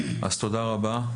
אז תודה רבה.